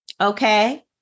okay